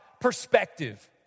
perspective